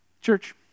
Church